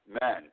men